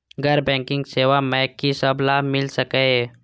गैर बैंकिंग सेवा मैं कि सब लाभ मिल सकै ये?